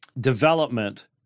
development